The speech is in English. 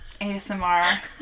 ASMR